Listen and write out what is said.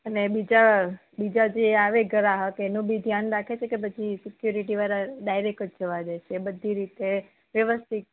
અને બીજા બીજા જે આવે ગ્રાહક એનું બી ધ્યાન રાખે છે કે પછી સિક્યુરિટી વાળા ડાઇરેક્ટ જ જવા દે છે એ બધી રીતે વ્યવસ્થિત